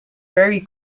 very